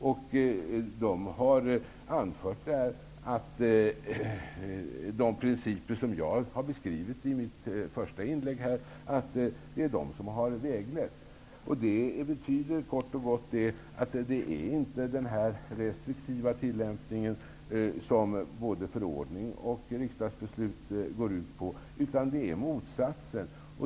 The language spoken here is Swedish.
Den har där anfört att de principer som jag har beskrivit i mitt första inlägg har varit vägledande. Det betyder kort och gott att det inte är fråga om den restriktiva tillämpning som både förordning och riksdagsbeslut går ut på, utan det är motsatsen.